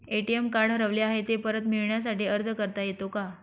ATM card हरवले आहे, ते परत मिळण्यासाठी अर्ज करता येतो का?